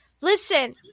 Listen